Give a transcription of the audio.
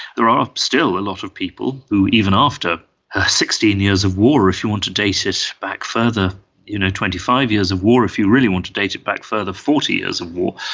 there are still a lot of people who even after sixteen years of war, if you want to date it back further you know twenty five years of war, if you really want to date it back further forty years of war,